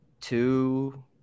two